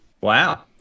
Wow